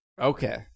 Okay